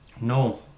No